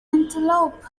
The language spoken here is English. antelope